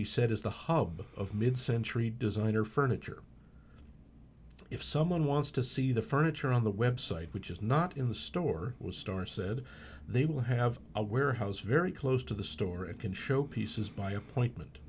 he said is the hub of mid century designer furniture if someone wants to see the furniture on the website which is not in the store was star said they will have a warehouse very close to the store and can show pieces by appointment